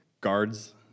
guards